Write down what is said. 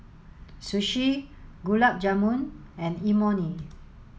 Sushi Gulab Jamun and Imoni